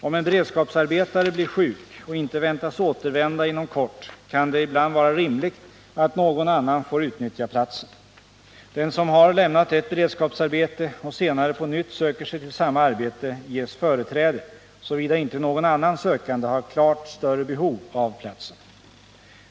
Om en beredskapsarbetare blir sjuk och inte väntas återvända inom kort, kan det ibland vara rimligt att någon annan får utnyttja platsen. Den som har lämnat ett beredskapsarbete och senare på nytt söker sig till samma arbete ges förträde, såvida inte någon annan sökande har klart större behov av platsen.